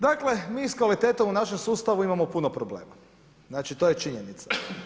Dakle, mi s kvalitetom u našem sustavu imamo puno probleme, znači to je činjenica.